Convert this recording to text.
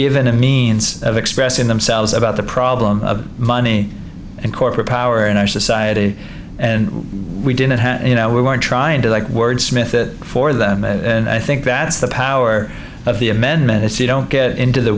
given a means of expressing themselves about the problem money and corporate power in our society and we didn't have you know we were trying to like wordsmith it for them and i think that's the power of the amendment if you don't get into the